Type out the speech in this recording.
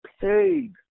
paid